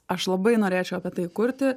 aš labai norėčiau apie tai kurti